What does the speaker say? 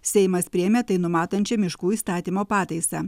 seimas priėmė tai numatančią miškų įstatymo pataisą